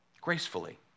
Gracefully